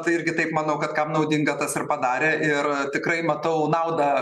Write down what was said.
tai irgi taip manau kad kam naudinga tas ir padarė ir tikrai matau naudą